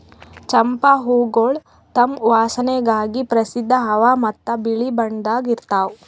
ಚಂಪಾ ಹೂವುಗೊಳ್ ತಮ್ ವಾಸನೆಗಾಗಿ ಪ್ರಸಿದ್ಧ ಅವಾ ಮತ್ತ ಬಿಳಿ ಬಣ್ಣದಾಗ್ ಇರ್ತಾವ್